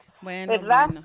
bueno